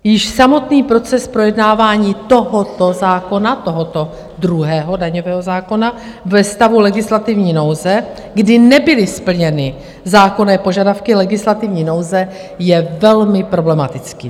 Již samotný proces projednávání tohoto zákona, tohoto druhého daňového zákona, ve stavu legislativní nouze, kdy nebyly splněny zákonné požadavky legislativní nouze, je velmi problematický.